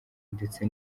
ndetse